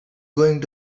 going